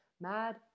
Mad